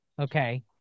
okay